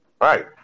Right